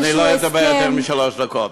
טוב, אני לא אדבר יותר משלוש דקות.